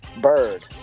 bird